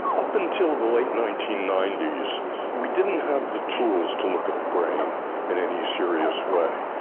up until the late nineteen ninety s we didn't have the tools to look at the brain in any serious way.